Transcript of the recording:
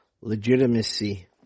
legitimacy